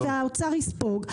והאוצר יספוג,